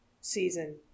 season